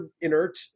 inert